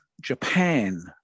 Japan